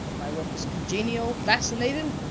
my work is congenial, fascinating,